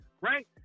right